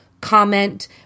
comment